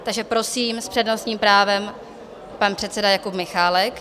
Takže prosím, s přednostním právem pan předseda Jakub Michálek.